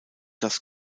das